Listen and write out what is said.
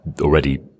already